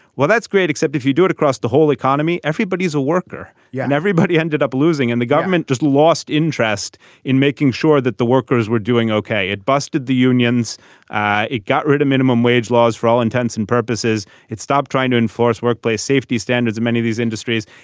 well that's great except if you do it across the whole economy everybody's a worker yeah and everybody ended up losing and the government just lost interest in making sure that the workers were doing ok. it busted the unions it got rid of minimum wage laws for all intents and purposes it stopped trying to enforce workplace safety standards in many of these industries.